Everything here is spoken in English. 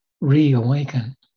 reawaken